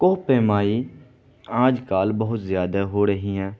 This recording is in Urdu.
کوہ پیمائی آج کل بہت زیادہ ہو رہی ہیں